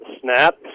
snap